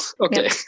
okay